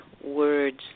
words